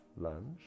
Lunge